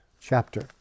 chapter